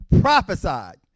prophesied